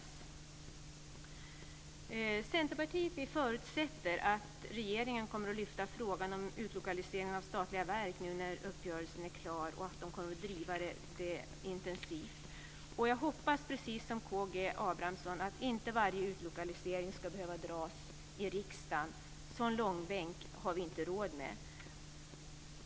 Vi Centerpartiet förutsätter att regeringen kommer att lyfta fram frågan om utlokaliseringen av statliga verk nu när uppgörelsen är klar och att man kommer att driva detta intensivt. Precis som Karl Gustav Abramsson hoppas jag att varje utlokalisering inte ska behöva behandlas i riksdagen. Sådan långbänk har vi inte råd med.